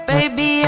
Baby